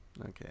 Okay